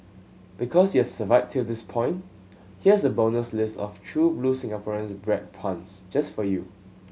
because you've survived till this point here's a bonus list of true blue Singaporean bread puns just for you